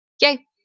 yay